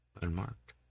unmarked